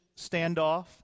standoff